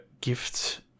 gift